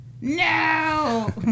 No